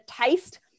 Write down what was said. taste